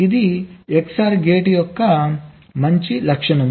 ఇది XOR gate యొక్క మంచి లక్షణం